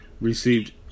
received